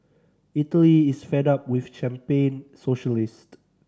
Italy is fed up with champagne socialist